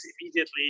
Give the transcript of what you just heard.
immediately